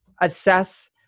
assess